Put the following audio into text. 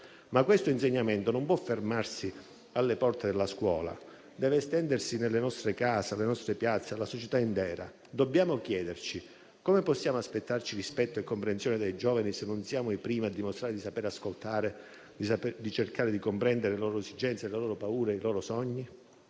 Ma questo insegnamento non può fermarsi alle porte della scuola; deve estendersi alle nostre case, alle nostre piazze, alla società intera. Dobbiamo chiederci: come possiamo aspettarci rispetto e comprensione dai giovani se non siamo i primi a dimostrare di saper ascoltare, di cercare di comprendere le loro esigenze e le loro paure, i loro sogni?